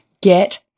get